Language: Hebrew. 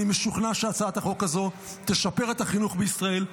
אני משוכנע שהצעת החוק הזאת תשפר את החינוך בישראל,